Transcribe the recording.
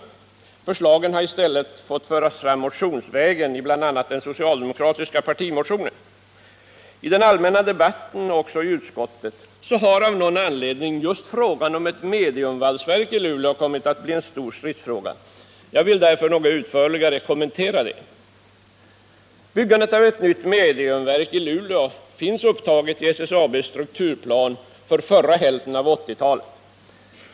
Förslagen har i stället fått föras fram motionsvägen i bl.a. den socialdemokratiska partimotionen. I den allmänna debatten och även i utskottet har av någon anledning just frågan om ett mediumvalsverk i Luleå kommit att bli en stor stridsfråga. Jag vill därför något utförligare kommentera detta. Byggandet av ett nytt mediumvalsverk i Luleå finns upptaget i SSAB:s strukturplan för första hälften av 1980-talet.